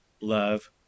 Love